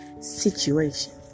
situation